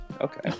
Okay